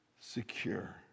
secure